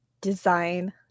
design